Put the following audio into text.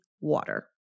water